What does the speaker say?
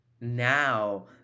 Now